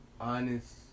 honest